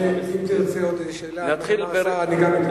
ואם תרצה עוד איזו שאלה, אדוני השר, אני גם אתן.